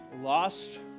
lost